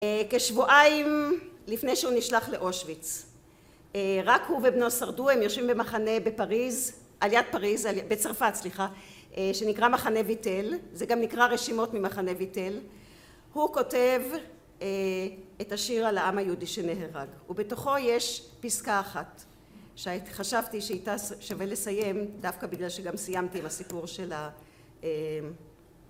כשבועיים לפני שהוא נשלח לאושוויץ, רק הוא ובנו שרדו. הם יושבים במחנה בפריז, על יד פריז בצרפת סליחה שנקרא מחנה ויטל זה גם נקרא רשימות ממחנה ויטל הוא כותב את השיר על העם היהודי שנהרג ובתוכו יש פסקה אחת שחשבתי שאיתה שווה לסיים דווקא בגלל שגם סיימתי עם הסיפור של ה...